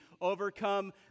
overcome